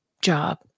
job